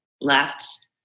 left